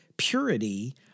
purity